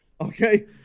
okay